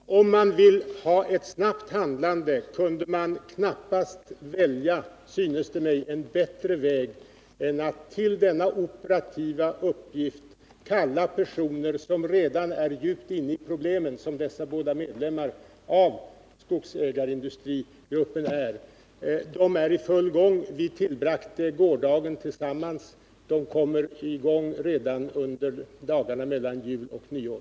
Herr talman! Om man vill ha ett snabbt handlande kunde man knappast välja, synes det mig, något annat än att till denna operativa uppgift kalla personer som redan är så djupt inne i problemen som dessa båda medlemmar av skogsägarindustrigruppen är. Vi tillbringade gårdagen tillsammans. De kommer i gång redan dagarna mellan jul och nyår.